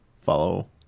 follow